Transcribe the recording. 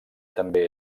també